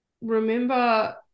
remember